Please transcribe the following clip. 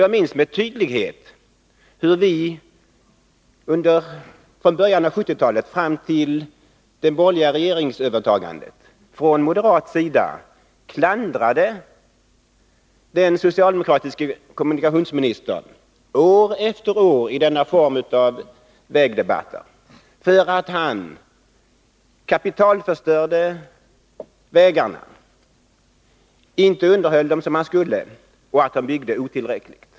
Jag minns mycket väl hur vi moderater från början av 1970-talet och fram till det borgerliga regeringsövertagandet år efter år i vägdebatterna klandrade den socialdemokratiske kommunikationsministern för att han så att säga kapitalförstörde vägarna, inte underhöll dem som han skulle och byggde otillräckligt.